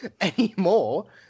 anymore